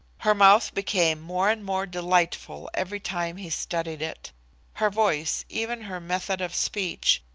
her mouth became more and more delightful every time he studied it her voice, even her method of speech,